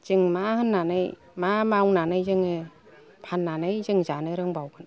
जों मा होननानै मा मावनानै जोङो फाननानै जों जानो रोंबावगोन